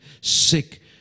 sick